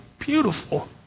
beautiful